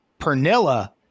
pernilla